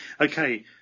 Okay